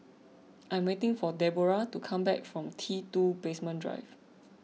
I am waiting for Deborah to come back from T two Basement Drive